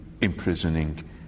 imprisoning